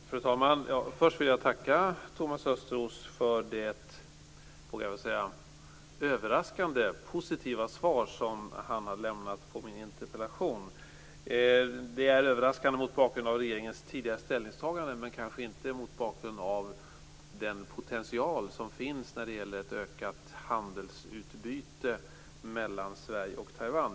Fru talman! Först vill jag tacka Thomas Östros för det, vågar jag väl säga, överraskande positiva svar som han har lämnat på min interpellation. Det är överraskande mot bakgrund av regeringens tidigare ställningstagande, men kanske inte mot bakgrund av den potential som finns när det gäller ett ökat handelsutbyte mellan Sverige och Taiwan.